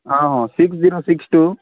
ହଁ ହଁ six zero six two